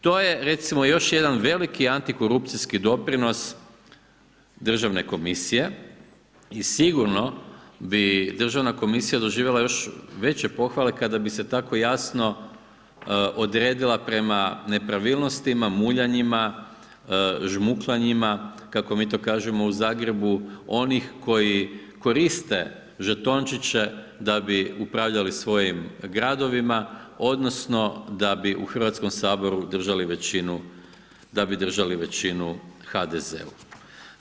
To je recimo još jedan veliki antikorupcijski doprinos Državne komisije i sigurno bi Državna komisija doživjela još veći pohvale kada bi se tako jasno odredila prema nepravilnostima, muljanima, žmukljanima, kako mi to kažemo u Zagrebu, onih koji koriste žetončiće, da bi upravljali svojim gradovima, odnosno, da bi u Hrvatskom saboru držali većinu HDZ-a.